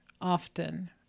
often